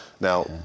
Now